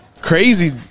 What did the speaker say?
crazy